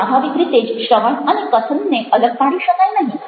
પરંતુ સ્વાભાવિક રીતે જ શ્રવણ અને કથનને અલગ પાડી શકાય નહિ